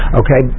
okay